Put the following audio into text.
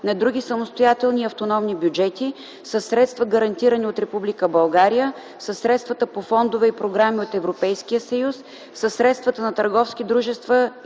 на други самостоятелни и автономни бюджети, със средства, гарантирани от Република България, със средствата по фондове и програми от Европейския съюз, със средствата на търговски дружества и